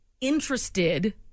interested